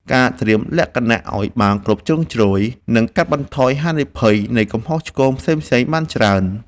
ការត្រៀមលក្ខណៈឱ្យបានគ្រប់ជ្រុងជ្រោយនឹងកាត់បន្ថយហានិភ័យនៃកំហុសឆ្គងផ្សេងៗបានច្រើន។